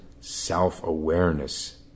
self-awareness